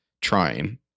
trying